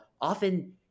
often